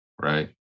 right